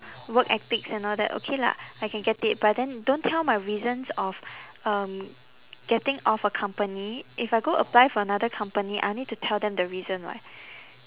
work ethics and all that okay lah I can get it but then don't tell my reasons of um getting off a company if I go apply for another company I need to tell them the reason [what]